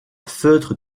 feutre